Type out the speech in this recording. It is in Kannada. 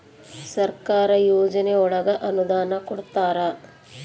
ಸರ್ಕಾರ ಯೋಜನೆ ಒಳಗ ಅನುದಾನ ಕೊಡ್ತಾರ